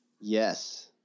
Yes